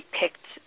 picked